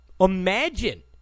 imagine